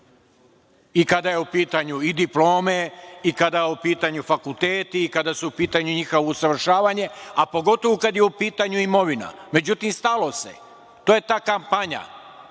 i kada su u pitanju i diplome i kada su u pitanju fakulteti, kada su u pitanju njihova usavršavanje, a pogotovo kada je u pitanju imovina.Međutim, stalo se. To je ta kampanja.